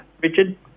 Richard